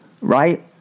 right